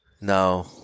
no